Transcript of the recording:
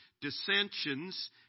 dissensions